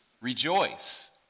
Rejoice